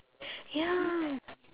ya